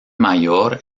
mayor